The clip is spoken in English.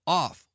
off